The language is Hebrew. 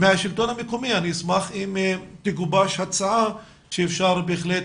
מהשלטון המקומי אני אשמח אם תגובש הצעה שאפשר בהחלט